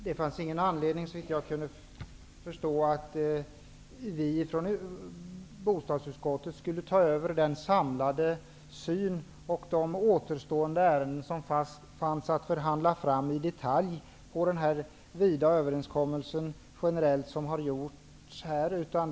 Herr talman! Såvitt jag kunde förstå, fanns det ingen anledning för oss i bostadsutskottet att ta över den samlade synen och de återstående ärenden som fanns att förhandla fram i detalj i den vida överenskommelse som generellt har gjorts.